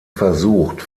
versucht